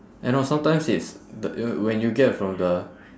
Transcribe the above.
and al~ sometimes it's t~ uh when you get from the